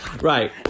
right